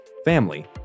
family